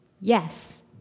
Yes